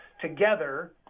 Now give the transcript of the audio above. together